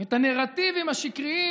את הנרטיבים השקריים